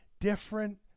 different